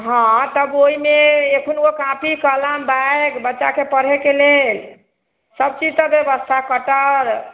हँ तब ओहिमे एखनो कॉपी कलम बैग बच्चाके पढ़एके लेल सभचीजके व्यवस्था कटर